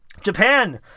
Japan